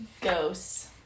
ghosts